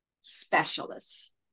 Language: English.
specialists